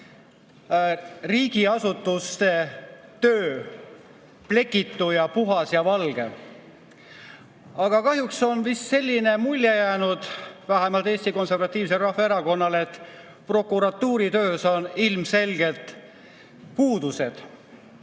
riigiasutuste töö: plekitu, puhas ja valge. Aga kahjuks on selline mulje jäänud, vähemalt Eesti Konservatiivsel Rahvaerakonnal, et prokuratuuri töös on ilmselgelt puudused.